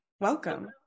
Welcome